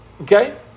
Okay